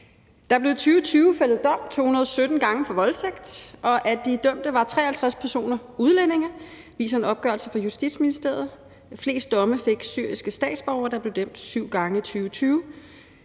Der blev i 2020 fældet dom 217 gange for voldtægt, og af de dømte var 53 personer udlændinge, viser en opgørelse fra Justitsministeriet. Flest domme fik syriske statsborgere, der blev dømt syv gange i 2020.